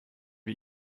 wir